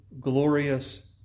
glorious